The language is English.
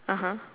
(uh huh)